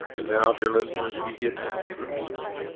now, dear listeners, we get into the meat,